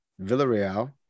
Villarreal